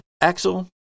Axel